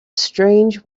strange